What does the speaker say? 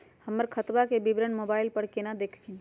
हमर खतवा के विवरण मोबाईल पर केना देखिन?